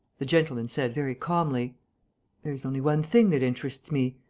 the gentleman said, very calmly there's only one thing that interests me.